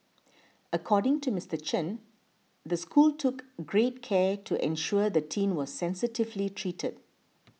according to Mister Chen the school took great care to ensure the teen was sensitively treated